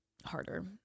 harder